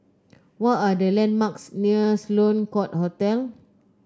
what are the landmarks near Sloane Court Hotel